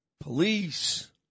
police